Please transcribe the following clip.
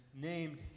named